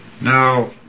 Now